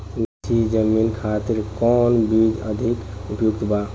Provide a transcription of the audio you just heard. नीची जमीन खातिर कौन बीज अधिक उपयुक्त बा?